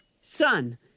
Son